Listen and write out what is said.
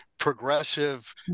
progressive